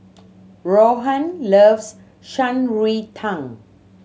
Rohan loves Shan Rui Tang